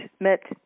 met